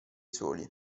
soli